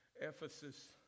Ephesus